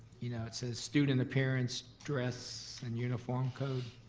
you know it says student appearance, dress, and uniform code,